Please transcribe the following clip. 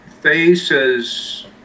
faces